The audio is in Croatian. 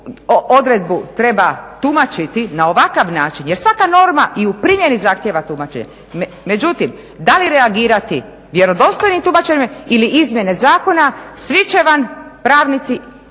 odredbu treba tumačiti na ovakav način jer svaka norma i u primjeni zahtjeva tumačenje, međutim da li reagirati vjerodostojnim tumačenjem ili izmjene zakona svi će vam pravnici